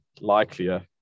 likelier